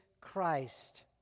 Christ